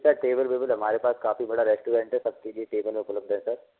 sir table वेबल हमारे पास काफी बड़ा रेस्टोरेंट है सब के लिए टेबल वेबल उपलब्ध है सर